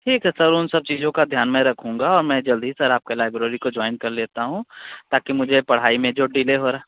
ठीक है सर उन सब चीजों का ध्यान मैं रखूँगा और मैं जल्दी सर आपके लाइब्रेरी को ज्वाइन कर लेता हूँ ताकि मुझे पढ़ाई में जो डिले हो रहा